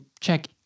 check